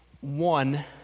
one